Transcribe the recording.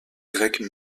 grec